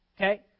Okay